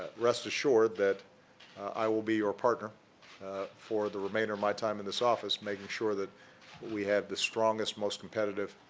rest assured that i will be your partner for the remainder of my time in this office, making sure that we have the strongest, most competitive